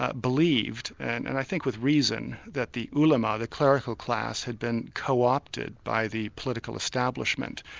ah believed and and i think with reason, that the ulama, the clerical class, had been co-opted by the political establishment,